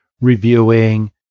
reviewing